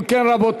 אם כן רבותי,